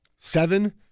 seven